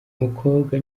mukobwa